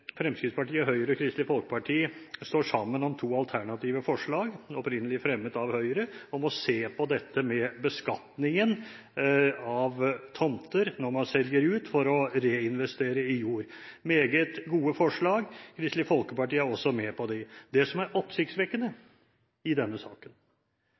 Fremskrittspartiet, Høyre og Kristelig Folkeparti står sammen om to alternative forslag – opprinnelig fremmet av Høyre – om å se på beskatningen av tomter når man selger ut for å reinvestere i jord. Det er meget gode forslag, og Kristelig Folkeparti er også med på dem. Det som er oppsiktsvekkende i denne saken